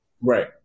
right